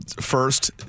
first